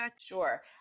Sure